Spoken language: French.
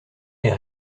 est